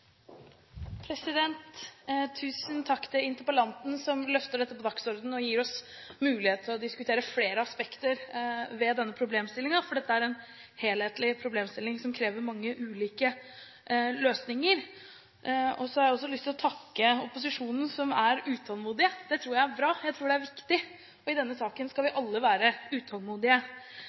dødsfall. Tusen takk til interpellanten som løfter dette på dagsordenen og gir oss muligheten til å diskutere flere aspekter ved denne problemstillingen, for dette er en helhetlig problemstilling som krever mange ulike løsninger. Og så har jeg også lyst til å takke opposisjonen som er utålmodige, det tror jeg er bra – jeg tror det er viktig, og i denne saken skal vi alle være utålmodige.